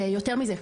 ויותר מזה,